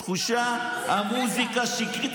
תחושה של מוזיקה שקרית,